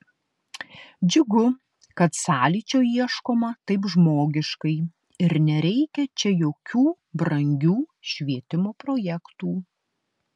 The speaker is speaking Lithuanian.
džiugu kad sąlyčio ieškoma taip žmogiškai ir nereikia čia jokių brangių švietimo projektų